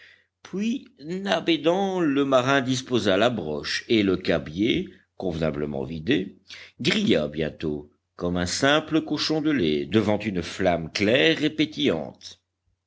puis nab aidant le marin disposa la broche et le cabiai convenablement vidé grilla bientôt comme un simple cochon de lait devant une flamme claire et pétillante